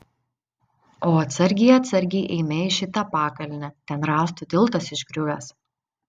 o atsargiai atsargiai eime į šitą pakalnę ten rąstų tiltas išgriuvęs